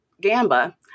Gamba